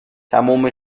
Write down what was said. تموم